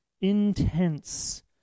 Intense